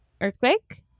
Earthquake